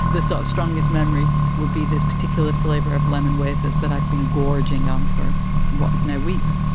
the sort of strongest memory would be this particular flavor of lemon wafers that i've been gorging on for what is now weeks